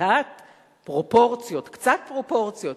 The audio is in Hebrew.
קצת פרופורציות, קצת פרופורציות.